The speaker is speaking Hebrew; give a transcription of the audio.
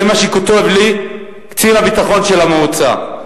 זה מה שכותב לי קצין הביטחון של המועצה.